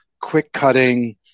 quick-cutting